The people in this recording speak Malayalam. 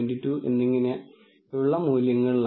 2 എന്നിങ്ങനെയുള്ള മൂല്യങ്ങളിലാണ്